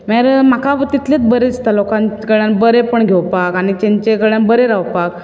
मागीर म्हाका तितलेच बरे दिसता लोकां कडेन बरेपण घेवपाक आनी तांचे कडेन बरें रावपाक